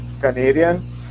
Canadian